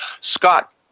Scott